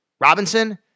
Robinson